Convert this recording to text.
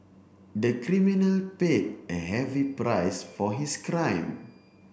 the criminal paid a heavy price for his crime